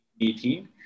2018